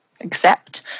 accept